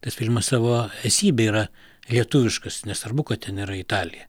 nes filmas savo esybe yra lietuviškas nesvarbu kad ten yra italija